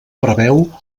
preveu